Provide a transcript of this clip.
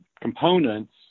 components